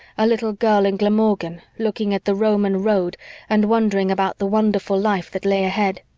a little girl in glamorgan looking at the roman road and wondering about the wonderful life that lay ahead.